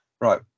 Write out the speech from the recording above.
Right